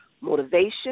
motivation